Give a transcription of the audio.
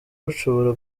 bushobora